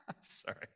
sorry